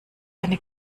eine